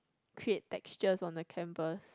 create textures on the canvas